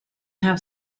have